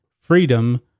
freedom